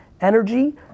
energy